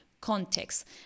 context